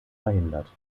verhindert